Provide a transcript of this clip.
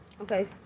okay